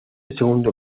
segundo